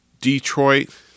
Detroit